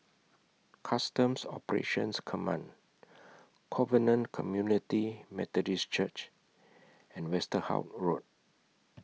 Customs Operations Command Covenant Community Methodist Church and Westerhout Road